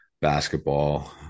basketball